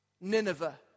Nineveh